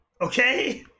okay